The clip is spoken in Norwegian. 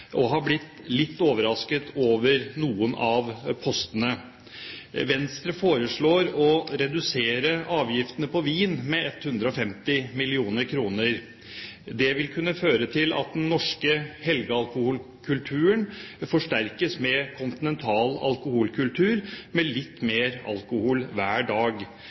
og har blitt litt overrasket over noen av postene. Venstre foreslår å redusere avgiftene på vin med 150 mill. kr. Det vil kunne føre til at den norske helgealkoholkulturen forsterkes med kontinental alkoholkultur, med litt mer alkohol hver dag.